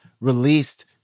released